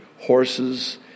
horses